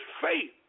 faith